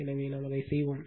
எனவே நாம் அதை செய்வோம்